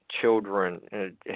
children